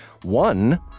One